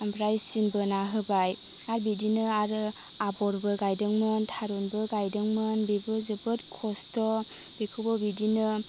आमफ्राय सिन बोना होबाय आर बिदिनो आरो आबरबो गायदोंमोन थारुनबो गायदोंमोन बेबो जोबोद खस्थ' बेखौबो बिदिनो